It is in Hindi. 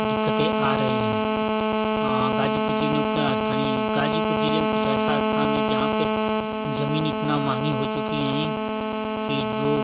दिक्कतें आ रही हैं गाजीपुर ज़िलों के स्थानीय गाजीपुर ज़िले में कुछ ऐसा स्थान है जहाँ पर ज़मीन इतना महंगी हो चुकी हैं कि जो